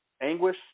anguish